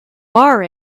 are